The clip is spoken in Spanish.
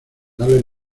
darle